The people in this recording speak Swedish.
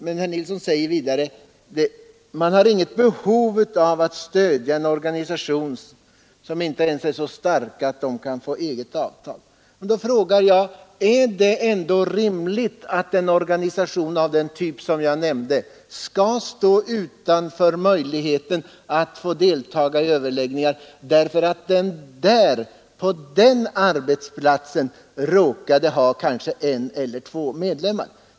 Vidare menar herr Nilsson att man inte har något behov av att stödja en organisation som inte ens är så stark att den kan få eget avtal. Men är det rimligt att en organisation av den typ som jag nämnde skall stå utanför möjligheten att deltaga i överläggningar, då den på en bestämd arbetsplats råkar ha en eller två medlemmar?